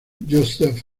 josef